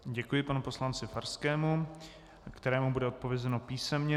Děkuji panu poslanci Farskému, kterému bude odpovězeno písemně.